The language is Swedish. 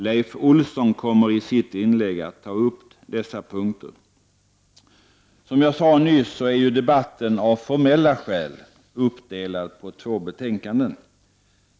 Leif Olsson kommer i sitt inlägg att ta upp dessa punkter. Som jag nyss sade är debatten av formella skäl uppdelad på två delar.